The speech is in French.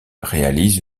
réalise